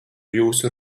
jūsu